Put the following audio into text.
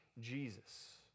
Jesus